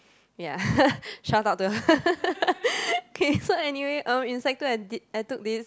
ya shutout to okay so anyway um in sec two I did I took this